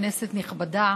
כנסת נכבדה,